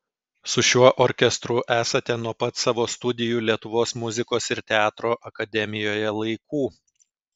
su šiuo orkestru esate nuo pat savo studijų lietuvos muzikos ir teatro akademijoje laikų